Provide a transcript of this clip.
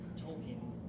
Tolkien